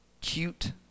cute